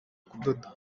kudoda